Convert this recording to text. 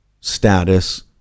status